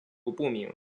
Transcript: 不明